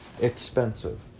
expensive